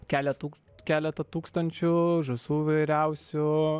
keletų keletą tūkstančių žąsų vyriausių